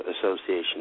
Association